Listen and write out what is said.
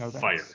fire